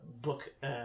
book